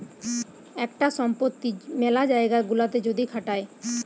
একটা সম্পত্তি মেলা জায়গা গুলাতে যদি খাটায়